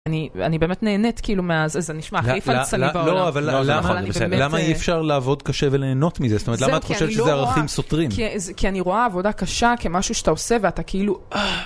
אני באמת נהנית כאילו מאז, איזה נשמע הכי פלצני בעולם. לא, אבל , למה אי אפשר לעבוד קשה וליהנות מזה? זאת אומרת, למה את חושבת שזה ערכים סותרים? כי אני רואה עבודה קשה כמשהו שאתה עושה ואתה כאילו...